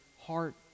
heart